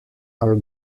are